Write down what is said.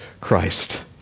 Christ